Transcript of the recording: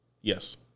Yes